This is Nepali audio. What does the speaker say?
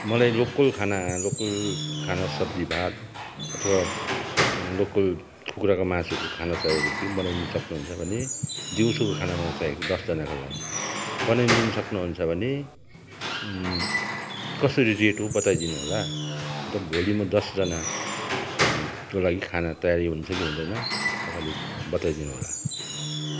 मलाई लोकल खाना लोकल खाना सब्जी भात अथवा लोकल कुखुराको मासुको खाना चाहिएको थियो बनाइदिनु सक्नुहुन्छ भने दिउँसोको खाना मलाई चाहिएको दसजनाको लागि बनाइदिनु सक्नुहुन्छ भने कसरी रेट हो बताइदिनु होला अन्त भोलि म दसजना को लागि खाना तयारी हुन्छ कि हुँदैन तपाईँले बताइदिनु होला